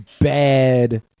bad